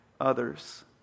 others